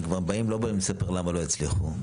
הם כבר באים לא לספר למה לא הצליחו.